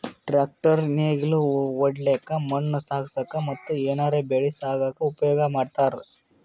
tractor ನೇಗಿಲ್ ಹೊಡ್ಲಿಕ್ಕ್ ಮಣ್ಣ್ ಸಾಗಸಕ್ಕ ಮತ್ತ್ ಏನರೆ ಬೆಳಿ ಸಾಗಸಕ್ಕ್ ಉಪಯೋಗ್ ಮಾಡ್ತಾರ್